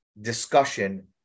discussion